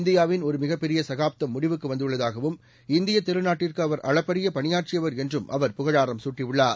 இந்தியாவின் ஒரு மிகப்பெரிய சகாப்தம் முடிவுக்கு வந்துள்ளதாகவும் இந்திய திருநாட்டிற்கு அவர் அளப்பரிய பணியாற்றியவர் என்றும் அவர் புகழாரம் சூட்டியுள்ளார்